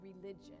religion